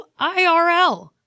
IRL